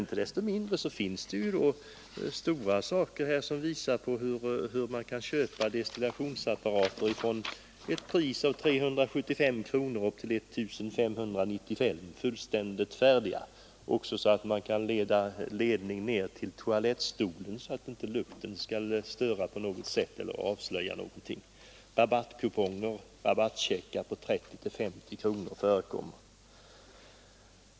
Inte desto mindre förekommer det ett utförligt reklammaterial, broschyrer som visar hur man till priser från 375 kronor och upp till I 595 kronor kan köpa destillationsapparater, helt kompletta inklusive ledning till toalettstolen, så att lukten inte skall störa någon eller avslöja vad som pågår. Rabattcheckar på 30—50 kronor förekommer.